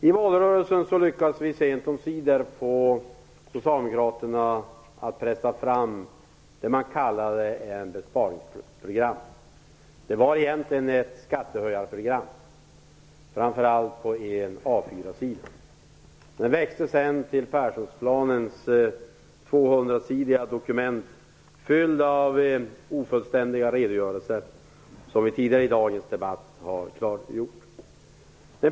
I valrörelsen lyckades vi sent omsider få Socialdemokraterna att pressa fram det man kallade ett besparingsprogram. Det var egentligen ett skattehöjarprogram på en A 4-sid. Det växte sig sedan till en Perssonplanens 200-sidiga dokument fullt av ofullständiga redogörelser som vi tidigare i dagens debatt har klargjort.